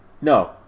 no